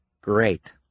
Great